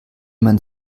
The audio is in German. man